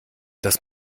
das